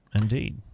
Indeed